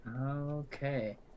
Okay